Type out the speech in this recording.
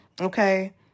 okay